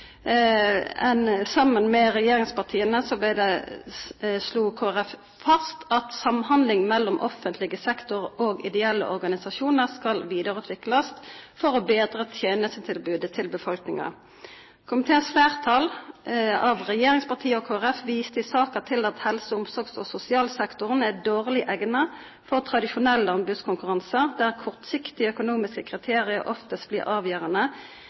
sammen med regjeringspartiene fast at samhandling mellom offentlig sektor og ideelle organisasjoner skal videreutvikles for å bedre tjenestetilbudet til befolkningen. Komiteens flertall, regjeringspartiene og Kristelig Folkeparti, viste i saken til at helse-, omsorgs- og sosialsektoren er dårlig egnet for tradisjonell anbudskonkurranse der kortsiktige økonomiske kriterier oftest blir avgjørende.